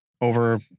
over